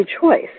choice